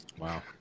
Wow